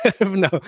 No